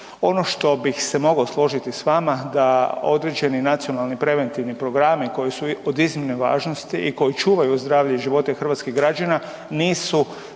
Ono što bih se mogao složiti s vama da određeni nacionalni preventivni programi koji su od iznimne važnosti i koji čuvaju zdravlje i živote hrvatskih građana nisu